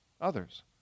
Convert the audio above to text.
others